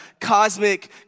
cosmic